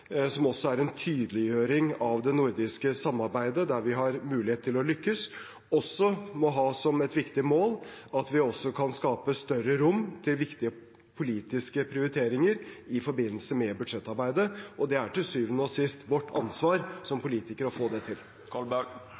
som også er en tydeliggjøring av det nordiske samarbeidet, der vi har mulighet til å lykkes, også må ha som et viktig mål at vi kan skape større rom for viktige politiske prioriteringer i forbindelse med budsjettarbeidet, og det er til syvende og sist vårt ansvar som politikere å få det til.